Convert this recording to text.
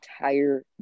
entire